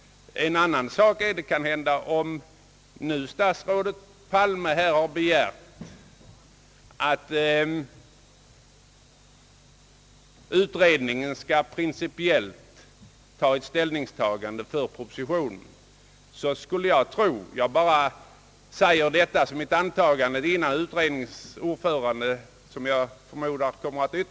Om nu statsrådet Palme har begärt att utredningen principiellt skall ta ställning för propositionen så skulle jag tro — jag bara framför detta som ett antagande innan utredningens ordförande, som jag förmodar, tar till orda Ang.